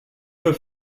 her